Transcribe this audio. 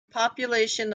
population